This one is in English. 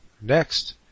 next